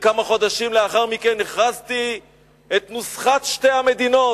וכמה חודשים לאחר מכן הכרזתי את נוסחת שתי המדינות.